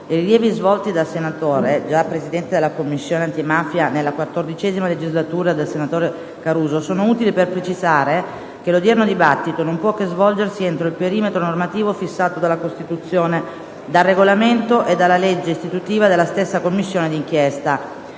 i rilievi svolti dal senatore Centaro, già presidente della Commissione antimafia nella XIV legislatura, e dal senatore Caruso, sono utili per precisare che l'odierno dibattito non può che svolgersi entro il perimetro normativo fissato dalla Costituzione, dal Regolamento e dalla legge istitutiva della stessa Commissione d'inchiesta,